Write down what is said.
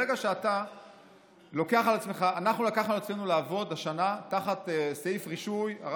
אנחנו לקחנו על עצמנו לעבוד השנה תחת סעיף רישוי 77ה,